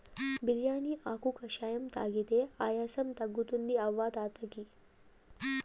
బిర్యానీ ఆకు కషాయం తాగితే ఆయాసం తగ్గుతుంది అవ్వ తాత కియి